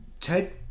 Ted